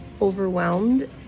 overwhelmed